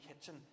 kitchen